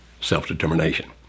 self-determination